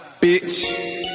bitch